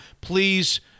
please